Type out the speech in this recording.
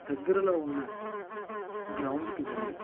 దగ్గరలో ఉన్న గ్రౌండ్కి వెళ్ళి